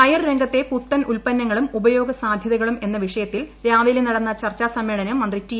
കയർ രംഗത്തെ പുത്തൻ ഉൽപ്പന്നങ്ങളും ഉപയോഗ സാധൃതകളും എന്ന വിഷയത്തിൽ രാവിലെ നടന്ന ചർച്ചാ സമ്മേളനം മന്ത്രി റ്റി